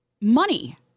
Money